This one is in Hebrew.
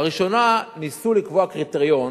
לראשונה ניסו לקבוע קריטריון